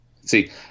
See